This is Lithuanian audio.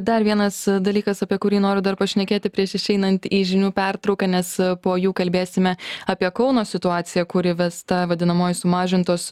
dar vienas dalykas apie kurį noriu dar pašnekėti prieš išeinant į žinių pertrauką nes po jų kalbėsime apie kauno situaciją kur įvesta vadinamoji sumažintos